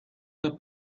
que